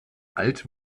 alt